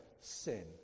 sin